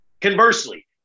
Conversely